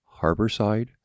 Harborside